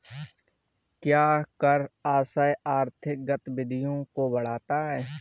क्या कर आश्रय आर्थिक गतिविधियों को बढ़ाता है?